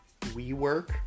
WeWork